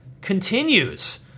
continues